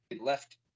left